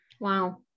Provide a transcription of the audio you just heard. Wow